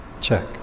check